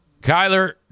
Kyler